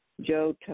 Joe